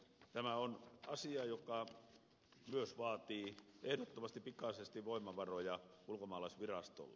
tämä on asia joka myös vaatii ehdottomasti pikaisesti voimavaroja ulkomaalaisvirastolle